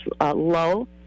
low